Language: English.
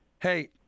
Hey